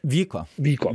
vyko vyko